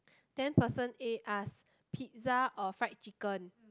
then person A ask pizza or fried chicken